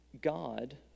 God